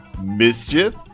Mischief